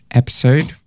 episode